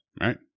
Right